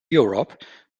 europe